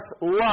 love